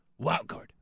Wildcard